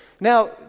Now